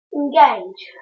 engage